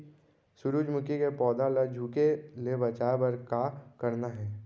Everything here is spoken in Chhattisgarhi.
सूरजमुखी के पौधा ला झुके ले बचाए बर का करना हे?